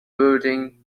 building